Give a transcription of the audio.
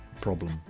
problem